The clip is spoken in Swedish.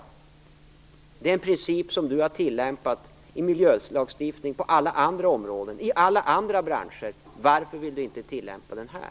Men det rör sig om en princip som Mikael Odenberg har tillämpat i miljölagstiftning på alla andra områden och i alla andra branscher. Varför vill han inte tillämpa den här?